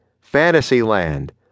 Fantasyland